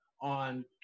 on